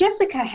Jessica